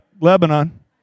Lebanon